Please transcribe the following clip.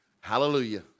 Hallelujah